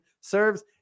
serves